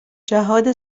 جهاد